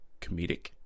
comedic